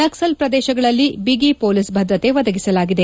ನಕ್ಲಲ್ ಪ್ರದೇಶಗಳಲ್ಲಿ ಬಿಗಿ ಮೊಲೀಸ್ ಭದ್ರತೆ ಒದಗಿಸಲಾಗಿದೆ